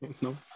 No